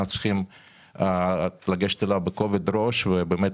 אנחנו צריכים לגשת אליו בכובד ראש ובאמת